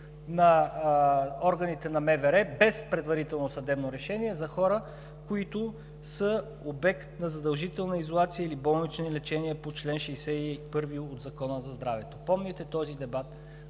на органите на МВР без предварително съдебно решение за хора, които са обект на задължителна изолация или болнично лечение по чл. 61 от Закона за здравето. Помните този дебат.